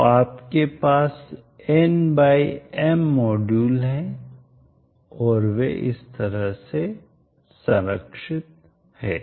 तो आपके पास N बाय M मॉड्यूल है और वे इस तरह से संरक्षित हैं